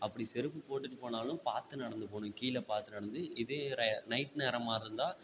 அப்படி செருப்பு போட்டுட்டு போனாலும் பார்த்து நடந்து போகணும் கீழே பார்த்து நடந்து இதே ரை நைட் நேரமாக இருந்தால்